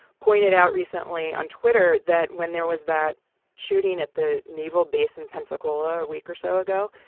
pointed out recently on twitter that when there was that shooting at the naval base in pensacola a week or so ago,